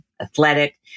athletic